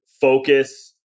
focus